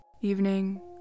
evening